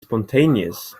spontaneous